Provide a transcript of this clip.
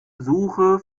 suche